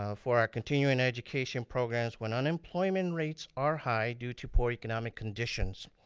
ah for our continuing education programs. when unemployment rates are high due to poor economic conditions,